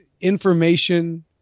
information